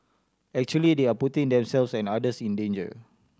actually they are putting themselves and others in danger